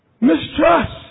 mistrust